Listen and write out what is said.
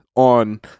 on